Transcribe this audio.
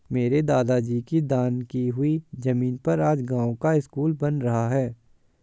मेरे दादाजी की दान की हुई जमीन पर आज गांव का स्कूल बन रहा है